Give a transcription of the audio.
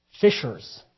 fishers